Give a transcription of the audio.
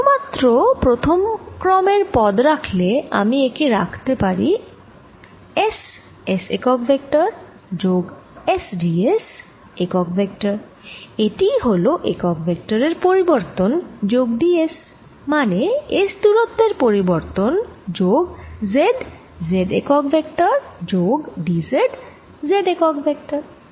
শুধুমাত্র প্রথম ক্রমের পদ রাখলে আমি একে লিখে পারি S Sএকক ভেক্টর যোগ S d s একক ভেক্টর এটিই হল একক ভেক্টরের পরিবর্তন যোগ d s মানে S দুরত্বের পরিবর্তন যোগ z zএকক ভেক্টর যোগ d z zএকক ভেক্টর